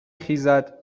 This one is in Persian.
خیزد